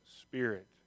Spirit